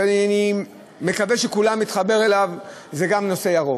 שאני מקווה שכולנו נתחבר אליו: זה גם נושא ירוק.